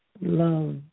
love